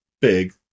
big